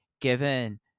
given